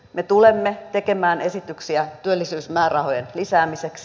me tulemme tekemään esityksiä työllisyysmäärärahojen lisäämiseksi